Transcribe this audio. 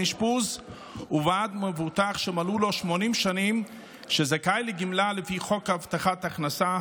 האשפוז ובעד מבוטח שמלאו לו 80 שנים וזכאי לגמלה לפי חוק הבטחת הכנסה,